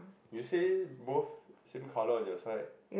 you say both same colour on your side